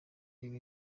reba